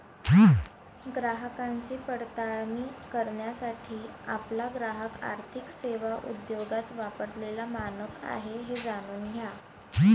ग्राहकांची पडताळणी करण्यासाठी आपला ग्राहक आर्थिक सेवा उद्योगात वापरलेला मानक आहे हे जाणून घ्या